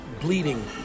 bleeding